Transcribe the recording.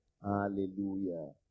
hallelujah